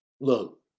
Look